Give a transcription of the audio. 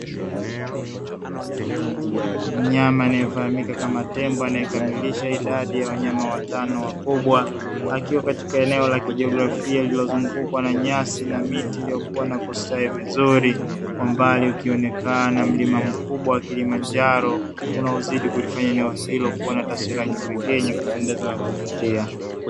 Mnyama anayefahamika kama tembo; anayekamilisha idadi ya wanyama watano wakubwa, akiwa katika eneo la kijiografia lililoozungukwa na nyasi na miti iloyokua na kustawi vizuri, kwa mbali ukionekana mlima mkubwa Kilimanjaro; unaozidi kulifanya eneo hilo kuwa na taswira ya kipekee yenye kupendeza na kuvutia.